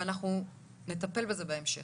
ואנחנו נטפל בזה בהמשך.